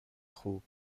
خوب